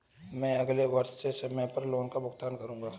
मैं अगले वर्ष से समय पर लोन का भुगतान करूंगा